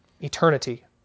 Eternity